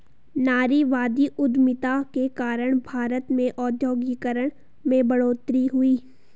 नारीवादी उधमिता के कारण भारत में औद्योगिकरण में बढ़ोतरी हुई